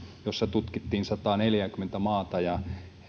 jossa tutkittiin sataaneljääkymmentä maata ja